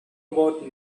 about